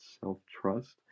self-trust